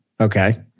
Okay